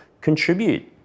contribute